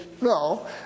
no